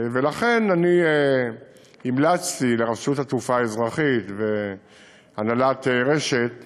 ולכן אני המלצתי לרשות התעופה האזרחית והנהלת רש"ת